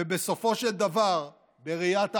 ובסופו של דבר, בראיית העבריין,